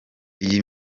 iyi